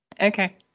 Okay